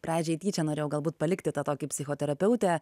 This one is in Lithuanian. pradžiai tyčia norėjau galbūt palikti tą tokį psichoterapeutę